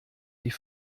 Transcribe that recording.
die